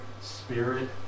spirit